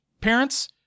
parents